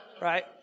Right